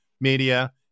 media